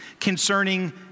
Concerning